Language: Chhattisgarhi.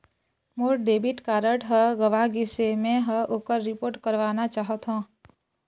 मोर डेबिट कार्ड ह गंवा गिसे, मै ह ओकर रिपोर्ट करवाना चाहथों